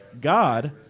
God